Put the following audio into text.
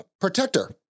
protector